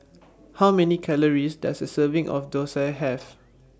How Many Calories Does A Serving of Thosai Have